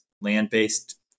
land-based